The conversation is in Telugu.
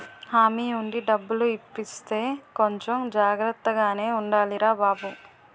హామీ ఉండి డబ్బులు ఇప్పిస్తే కొంచెం జాగ్రత్తగానే ఉండాలిరా బాబూ